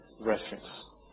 Reference